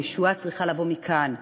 הישועה צריכה לבוא מכאן.